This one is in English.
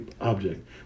object